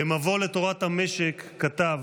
ב"מבוא לתורת המשק" כתב: